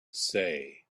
say